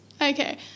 Okay